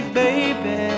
baby